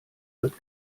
wird